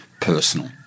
personal